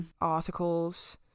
articles